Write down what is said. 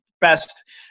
best